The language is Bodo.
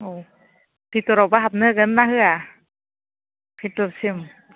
औ भितोरावबा हाबनो होगोन ना होआ भितोरसिम